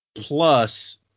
Plus